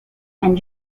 and